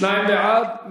שניים בעד.